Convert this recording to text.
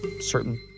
certain